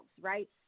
Right